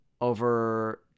over